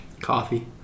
coffee